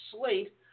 slate